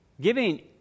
giving